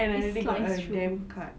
and then I get a damn cut